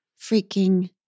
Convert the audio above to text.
freaking